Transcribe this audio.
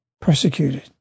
persecuted